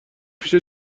پیش